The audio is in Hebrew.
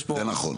זה נכון.